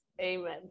Amen